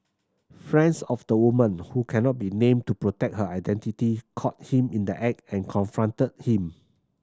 friends of the woman who cannot be named to protect her identity caught him in the act and confronted him